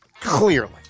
Clearly